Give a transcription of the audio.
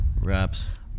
wraps